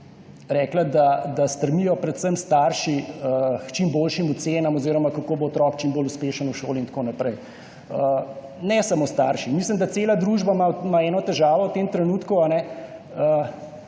rekla, da stremijo predvsem starši k čim boljšim ocenam oziroma kako bo otrok čim bolj uspešen v šoli in tako naprej. Ne samo starši, mislim, ima cela družba eno težavo v tem trenutku,